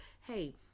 Hey